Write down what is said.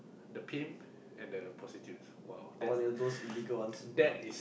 the pimp and the prostitute !wow! that that is